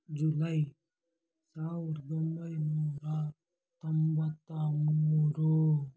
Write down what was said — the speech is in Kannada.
ಜುಲೈ ಸಾವಿರದೊಂಬೈನೂರ ತೊಂಬತ್ತ ಮೂರು